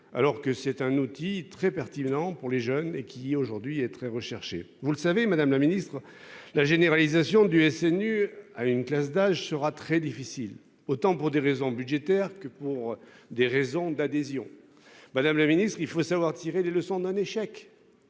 alors que c'est un outil très pertinent pour les jeunes et qui aujourd'hui est très recherché, vous le savez madame la ministre, la généralisation du SNU à une classe d'âge sera très difficile, autant pour des raisons budgétaires que pour des raisons d'adhésion. Madame la ministre, il faut savoir tirer les leçons d'un échec.